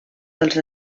dels